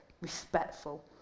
respectful